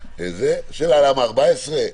השאלה, למה 14?